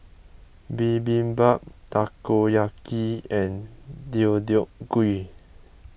Bibimbap Takoyaki and Deodeok Gui